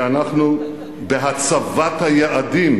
ואנחנו בהצבת היעדים.